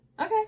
Okay